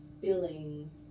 feelings